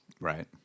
Right